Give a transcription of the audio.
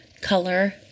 color